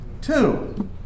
Two